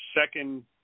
Second